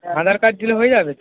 আধার card দিলে হয়ে যাবে